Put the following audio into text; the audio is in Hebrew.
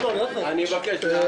לא, להפך.